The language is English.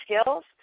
skills